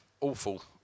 awful